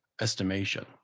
estimation